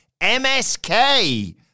MSK